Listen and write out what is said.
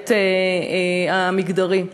בהיבט המגדרי.